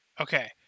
Okay